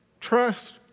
Trust